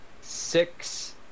six